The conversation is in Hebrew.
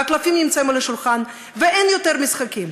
והקלפים נמצאים על השולחן ואין יותר משחקים,